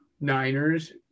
niners